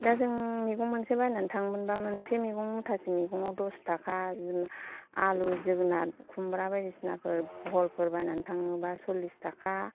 दा जों मैगं मोनसे बायनानै थाङोमोनबा मोनसे मैगं मुथासे मैगङाव दस थाखा आलु जोगोनाद खुमब्रा बायदिसिनाफोर बहलफोर बायनानै थाङोबा चल्लिस थाखा